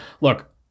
look